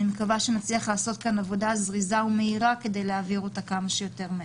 מקווה שנצליח לעשות עבודה זריזה ומהירה כדי להעביר אותה כמה שיותר מהר.